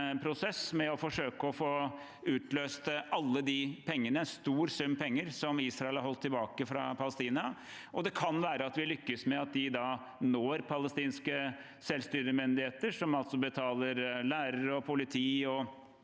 med å forsøke å få utløst alle de pengene, en stor sum penger, som Israel har holdt tilbake fra Palestina. Det kan være at vi lykkes med at de når palestinske selvstyremyndigheter – som altså betaler lærere, politi,